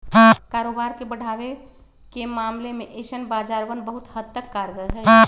कारोबार के बढ़ावे के मामले में ऐसन बाजारवन बहुत हद तक कारगर हई